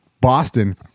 Boston